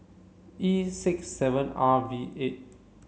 E six seven R V eight